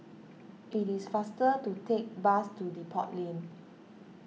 it is faster to take bus to Depot Lane